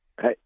Hey